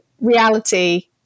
reality